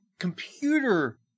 Computer